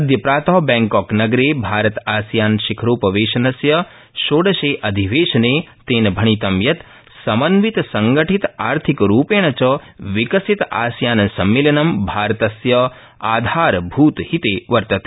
अद्य प्रात बैंकॉक नगरे भारत आसियानशिखरो वेशनस्य षोडशे अधिवेशने तेन भणितं यत् समन्वित संगठित आर्थिकरूोण च विकसित आसियानसम्मेलनं भारतस्य आधारभूतहिते वर्तते